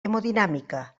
hemodinàmica